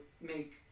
make